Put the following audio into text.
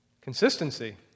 Consistency